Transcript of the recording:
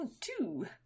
two